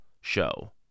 show